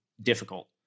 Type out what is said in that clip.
difficult